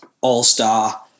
all-star